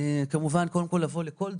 כמובן קודם כל אבוא לכל דיון.